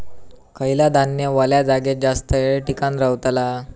खयला धान्य वल्या जागेत जास्त येळ टिकान रवतला?